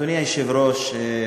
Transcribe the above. אדוני היושב-ראש,